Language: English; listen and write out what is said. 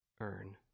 Earn